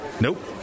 Nope